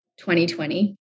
2020